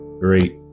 Great